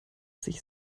sich